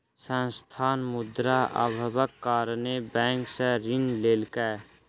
संस्थान, मुद्रा अभावक कारणेँ बैंक सॅ ऋण लेलकै